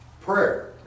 Prayer